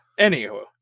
Anywho